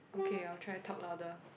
okay I will try talk louder